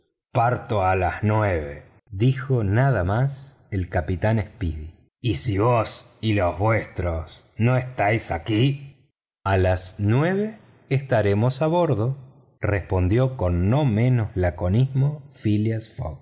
parto a las nueve dijo nada más el capitán speedy y si vos y los vuestros no estáis aquí a las nueve estaremos a bordo respondió con no menos laconismo phileas